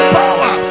power